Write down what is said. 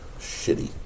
Shitty